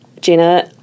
Jenna